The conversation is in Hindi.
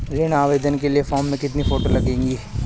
ऋण आवेदन के फॉर्म में कितनी फोटो लगेंगी?